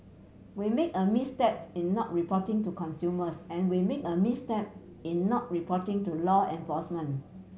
we make a misstep in not reporting to consumers and we made a misstep in not reporting to law enforcement